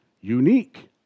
Unique